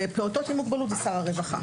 ופעוטות עם מוגבלות זה שר הרווחה.